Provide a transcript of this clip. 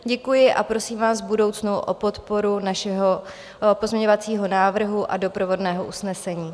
Děkuji a prosím vás v budoucnu o podporu našeho pozměňovacího návrhu a doprovodného usnesení.